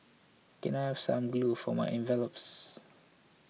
can I have some glue for my envelopes